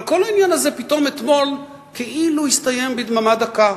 אבל כל העניין הזה פתאום אתמול כאילו הסתיים בדממה דקה.